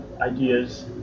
ideas